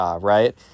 right